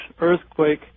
earthquake